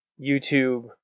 YouTube